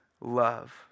love